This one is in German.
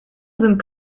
sind